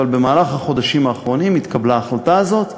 אבל בחודשים האחרונים התקבלה ההחלטה הזאת.